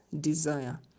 desire